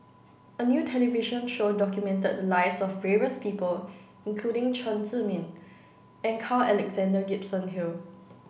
a new television show documented the lives of various people including Chen Zhiming and Carl Alexander Gibson Hill